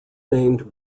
named